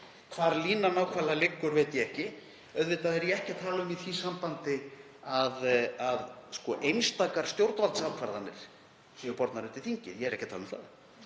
Hvar línan liggur nákvæmlega veit ég ekki. Auðvitað er ég ekki að tala um í því sambandi að einstakar stjórnvaldsákvarðanir séu bornar undir þingið. Ég er ekki að tala um það.